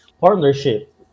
partnership